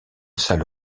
salle